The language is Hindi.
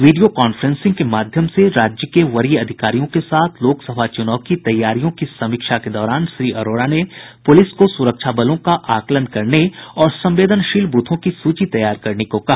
वीडियो कांफ्रेंसिंग के माध्यम से राज्य के वरीय अधिकारियों के साथ लोकसभा चुनाव की तैयारियों की समीक्षा के दौरान श्री अरोड़ा ने पुलिस को सुरक्षा बलों का आकलन करने और संवेदनशील ब्रथों की सूची तैयार करने को कहा